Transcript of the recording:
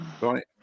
right